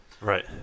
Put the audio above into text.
Right